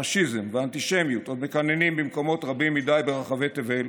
הפשיזם והאנטישמיות עוד מקננים במקומות רבים מדי ברחבי תבל,